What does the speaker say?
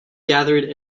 gathered